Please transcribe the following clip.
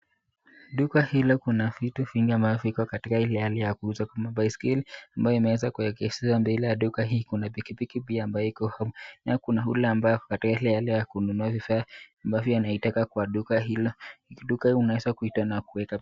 Duka hili kuna vitu vingi ambavyo viko katika ile hali ya kuuzwa. Kuna baiskeli ambayo imeweza kuegezwa mbele ya duka hii. Kuna pikipiki pia ambayo iko. Naye kuna yule ambaye ako katika ile hali ya kununua vifaa ambavyo anaitaka kwa duka hilo. Duka hii unaweza kuita na kuweka.